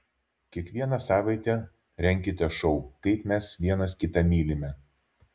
kiekvieną savaitę renkite šou kaip mes vienas kitą mylime